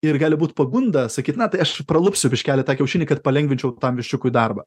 ir gali būt pagunda sakyt na tai aš pralupsiu biškelį tą kiaušinį kad palengvinčiau tam viščiukui darbą